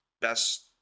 best